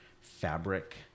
fabric